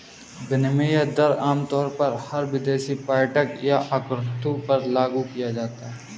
विनिमय दर आमतौर पर हर विदेशी पर्यटक या आगन्तुक पर लागू किया जाता है